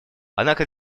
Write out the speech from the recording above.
однако